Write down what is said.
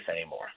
anymore